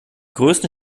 größten